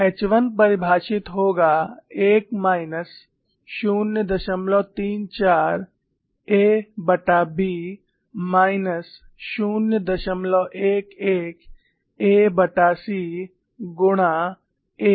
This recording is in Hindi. H 1 परिभाषित होगा 1 माइनस 034aB माइनस 011ac गुणा aB